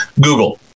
Google